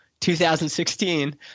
2016